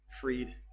freed